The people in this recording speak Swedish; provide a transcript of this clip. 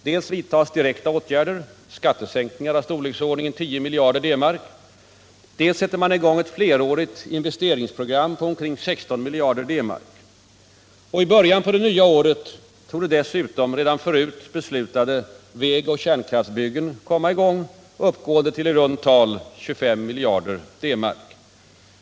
Dels vidtas direkta åtgärder — skattesänkningar — av storleksordningen 10 miljarder D-mark. Dels sätter man i gång ett flerårigt investeringsprogram på omkring 16 miljarder D-mark. I början på det nya året torde dessutom redan förut beslutade vägoch kärnkraftsbyggen komma i gång, uppgående till i runt tal 25 miljarder D-mark.